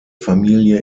familie